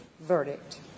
verdict